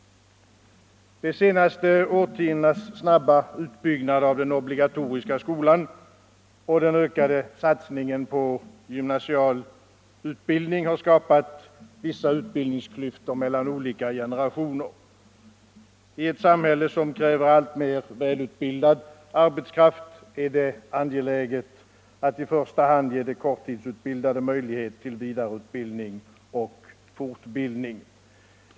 De senaste årtiondenas snabba utbyggnad av den obligatoriska skolan och den ökade satsningen på gymnasial utbildning har skapat vissa utbildningsklyftor mellan olika generationer. I ett samhälle som kräver alltmer välutbildad arbetskraft är det angeläget att i första hand ge de korttidsutbildade möjlighet till vidareutbildning och fortbildning.